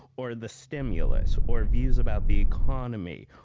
or the stimulus? or views about the economy?